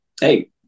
Hey